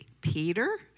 Peter